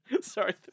Sorry